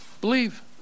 Believe